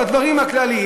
בדברים הכלליים,